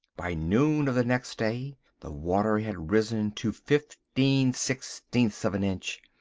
by noon of the next day the water had risen to fifteen-sixteenths of an inch,